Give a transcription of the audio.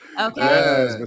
Okay